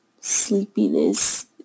sleepiness